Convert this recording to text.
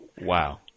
Wow